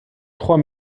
trois